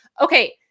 Okay